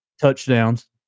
Touchdowns